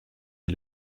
est